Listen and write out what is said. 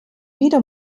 wieder